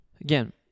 again